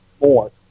more